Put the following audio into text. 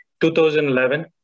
2011